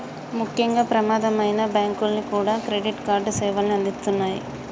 ముఖ్యంగా ప్రమాదమైనా బ్యేంకులన్నీ కూడా క్రెడిట్ కార్డు సేవల్ని అందిత్తన్నాయి